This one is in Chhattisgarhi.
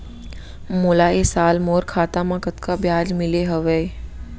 मोला ए साल मोर खाता म कतका ब्याज मिले हवये?